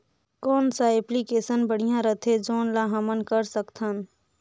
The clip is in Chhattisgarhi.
कौन सा एप्लिकेशन बढ़िया रथे जोन ल हमन कर सकथन?